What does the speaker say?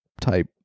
type